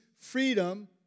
freedom